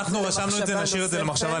נשאיר את זה למחשבה.